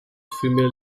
female